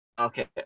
Okay